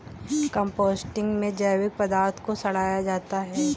composting में जैविक पदार्थ को सड़ाया जाता है